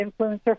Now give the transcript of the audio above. influencer